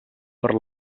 per